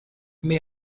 may